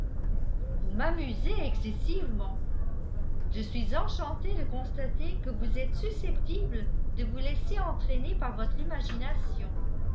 vous m'amusez excessivement je suis enchantée de constater que vous êtes susceptible de vous laisser entraîner par votre imagination